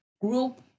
group